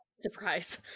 surprise